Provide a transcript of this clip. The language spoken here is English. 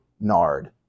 nard